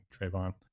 Trayvon